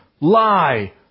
lie